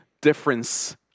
difference